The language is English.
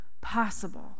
possible